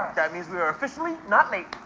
that means we are officially not late.